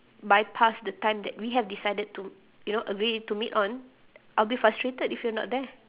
bypassed the time that we have decided to you know agreed to meet on I'll be frustrated if you're not there